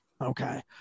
Okay